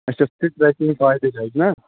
اَچھا نہ